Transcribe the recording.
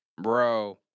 Bro